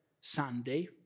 Sunday